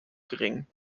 gering